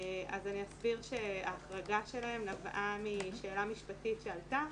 אז אני אסביר שההחרגה שלהם נבעה משאלה משפטית שעלתה.